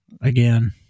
again